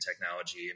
technology